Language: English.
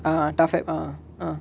ah though at ah ah